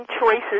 choices